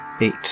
Eight